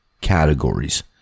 categories